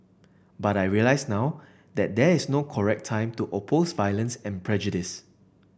but I realise now that there is no correct time to oppose violence and prejudice